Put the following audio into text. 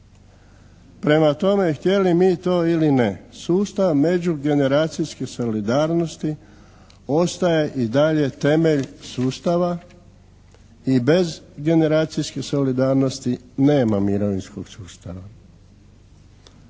Prema tome, htjeli mi to ili ne, sustav međugeneracijske solidarnosti ostaje i dalje temelj sustava i bez generacijske solidarnosti nema mirovinskog sustava.